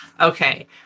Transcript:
Okay